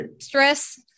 stress